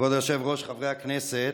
כבוד היושב-ראש, חברי הכנסת,